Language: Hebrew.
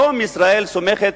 היום ישראל סומכת